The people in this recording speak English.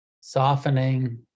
softening